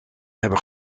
hebben